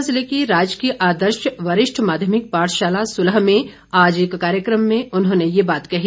कांगड़ा जिले की राजकीय आदर्श वरिष्ठ माध्यमिक पाठशाला सुलह में आज एक कार्यकम में उन्होंने ये बात कही